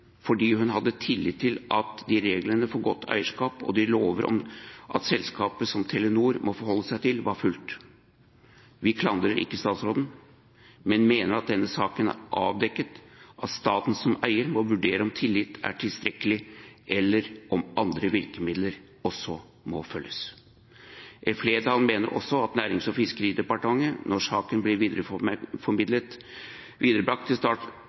fordi hun hadde tillit til at reglene for godt eierskap og de lovene som et selskap som Telenor må forholde seg til, var fulgt. Vi klandrer ikke statsråden, men mener at denne saken har avdekket at staten som eier må vurdere om tillit er tilstrekkelig, eller om andre virkemidler også må vurderes. Et flertall mener også at Nærings- og fiskeridepartementet, da saken ble brakt videre til